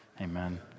Amen